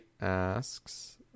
asks